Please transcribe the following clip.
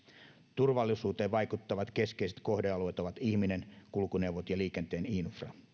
turvallisuuteen vaikuttavat keskeiset kohdealueet ovat ihminen kulkuneuvot ja liikenteen infra